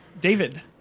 David